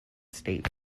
state